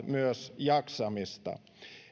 myös jaksamista